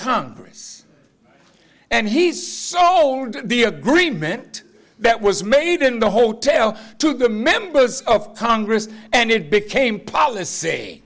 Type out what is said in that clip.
congress and he's sold the agreement that was made in the hotel to the members of congress and it became policy